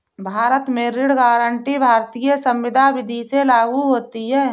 भारत में ऋण गारंटी भारतीय संविदा विदी से लागू होती है